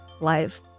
live